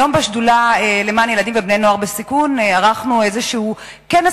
היום בשדולה למען ילדים ובני-נוער בסיכון ערכנו כנס